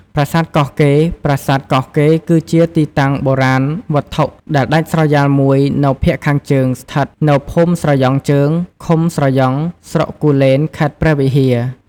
ប្រាសាទកោះកេរ្តិ៍ ប្រាសាទកោះកេរ្តិ៍ គឺជាទីតាំងបុរាណវត្ថុដែលដាច់ស្រយាលមួយនៅភាគខាងជើង ស្ថិតនៅ ភូមិស្រយ៉ង់ជើង ឃុំស្រយ៉ង់ ស្រុកគូលេន ខេត្តព្រះវិហារ ។